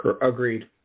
Agreed